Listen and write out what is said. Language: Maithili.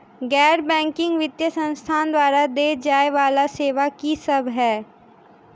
गैर बैंकिंग वित्तीय संस्थान द्वारा देय जाए वला सेवा की सब है?